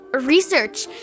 Research